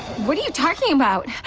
what are you talking about?